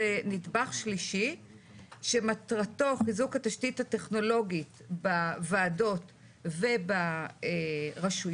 נדבך שלישי שמטרתו חיזוק התשתית הטכנולוגית בוועדות וברשויות,